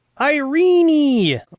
Irene